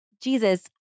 Jesus